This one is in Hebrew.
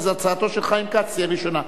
אז הצעתו של חיים כץ תהיה ראשונה.